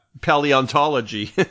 Paleontology